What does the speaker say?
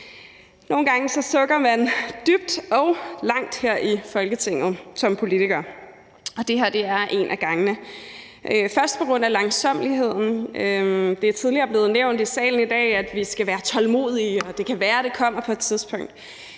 Nogle gange sukker man dybt og langt her i Folketinget som politiker, og det her er en af gangene, først på grund af langsommeligheden. Det er tidligere blevet nævnt i salen i dag, at vi skal være tålmodige, og at det kan være, det kommer på et tidspunkt.